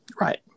Right